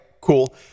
cool